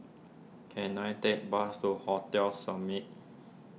can I take a bus to Hotel Summit